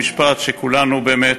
במשפט: שכולנו באמת,